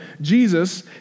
Jesus